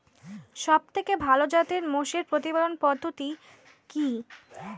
সবথেকে ভালো জাতের মোষের প্রতিপালন পদ্ধতি কি?